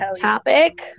topic